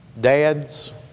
Dads